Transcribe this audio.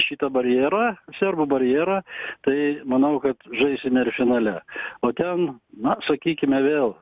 šitą barjerą serbų barjerą tai manau kad žaisime ir finale o ten na sakykime vėl